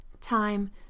time